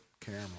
camera